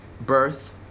birth